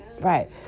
right